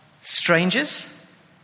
strangers